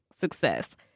success